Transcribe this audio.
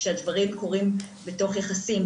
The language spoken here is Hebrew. כשהדברים קורים בתוך יחסים,